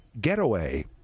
getaway